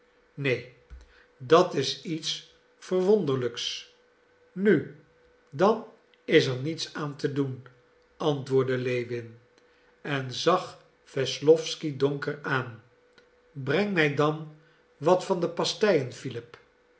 neen dat is iets verwonderlijks nu dan is er niets aan te doen antwoordde lewin en zag wesslowsky donker aan breng mij dan wat van de pasteien philip